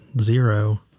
zero